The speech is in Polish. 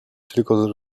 tylko